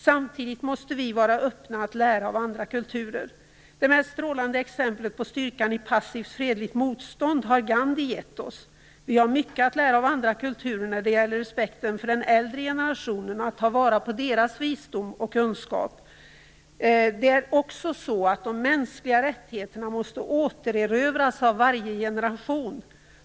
Samtidigt måste vi vara öppna att lära av andra kulturer. Det mest strålande exemplet på styrkan i passivt fredligt motstånd har Gandhi gett oss. Vi har mycket att lära av andra kulturer när det gäller respekten för den äldre generationen och att ta vara på deras visdom och kunskap. Det är också så att de mänskliga rättigheterna måste återerövras av varje generation.